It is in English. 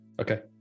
Okay